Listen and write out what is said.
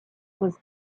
was